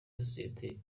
sosiyete